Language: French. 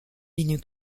linux